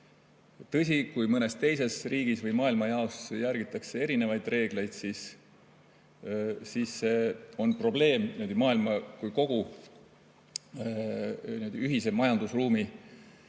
Tõsi, kui mõnes teises riigis või maailmajaos järgitakse erinevaid reegleid, siis see on probleem maailma kui kogu ühise majandusruumi